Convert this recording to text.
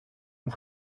που